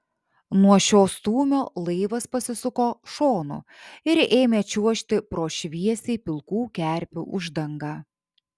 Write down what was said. nuo šio stūmio laivas pasisuko šonu ir ėmė čiuožti pro šviesiai pilkų kerpių uždangą